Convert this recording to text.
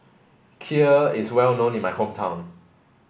Kheer is well known in my hometown